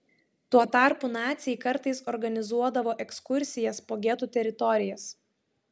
tuo tarpu naciai kartais organizuodavo ekskursijas po getų teritorijas